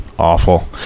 Awful